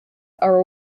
are